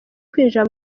kwinjira